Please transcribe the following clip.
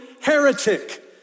heretic